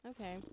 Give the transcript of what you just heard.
okay